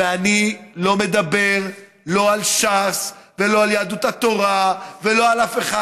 ואני לא מדבר לא על ש"ס ולא על יהדות התורה ולא על אף אחד.